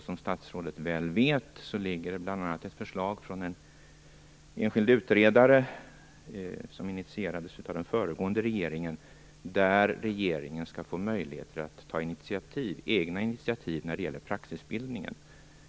Som statsrådet väl vet ligger det bl.a. ett förslag från en enskild utredare - något som initierades av den föregående regeringen - om att regeringen skall få möjligheter att ta egna initiativ när det gäller praxisbildningen.